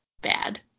bad